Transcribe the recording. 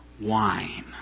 Wine